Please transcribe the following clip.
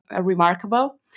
remarkable